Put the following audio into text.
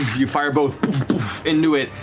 you fire both into it,